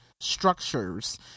structures